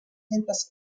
centes